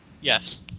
Yes